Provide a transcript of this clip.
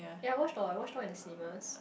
ya I watched all I watched all in the cinemas